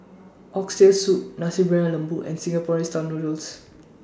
Oxtail Soup Nasi Briyani Lembu and Singapore Noodles